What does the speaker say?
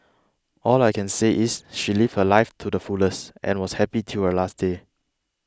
all I can say is she lived her life too the fullest and was happy till her last day